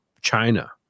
China